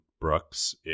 Brooks